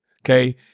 okay